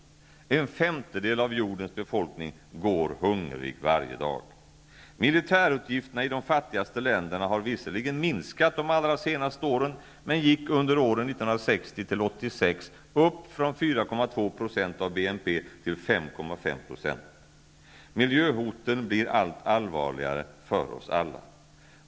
En femtedel av jordens befolkning går hungrig varje dag. Militärutgifterna i de fattigaste länderna har visserligen minskat de allra senaste åren, men gick under åren 1960--1986 upp från 4,2 % av BNP till Miljöhoten bir allt allvarligare för oss alla.